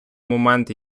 момент